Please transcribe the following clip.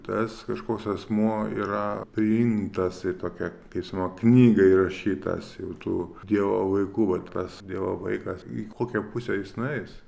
tas kažkoks asmuo yra priimtas į tokią teismo knygą įrašytas jau tų dievo vaikų vat tas dievo vaikas į kokią pusę jis nueis